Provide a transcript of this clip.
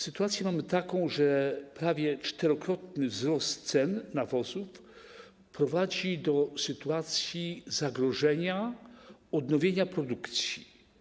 Sytuację mamy taką, że prawie czterokrotny wzrost cen nawozów prowadzi do sytuacji zagrożenia odnowienia produkcji.